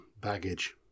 baggage